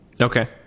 Okay